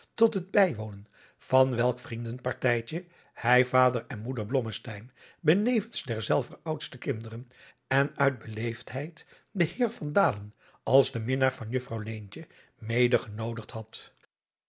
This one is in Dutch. tot het bijwonen van welk vriendenpartijtje hij vader en moeder blommesteyn benevens derzelver oudste kinderen en uit beleesdheid den heer van dalen als den minnaar van juffrouw leentje mede genoodigd had